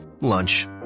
lunch